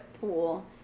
pool